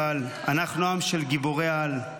אבל / אנחנו עם של גיבורי-על /